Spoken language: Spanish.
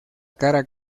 cara